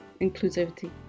Inclusivity